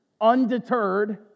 undeterred